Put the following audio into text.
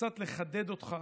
קצת לחדד אותך.